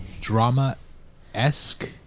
drama-esque